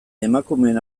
emakumeen